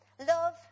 Love